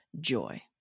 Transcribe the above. joy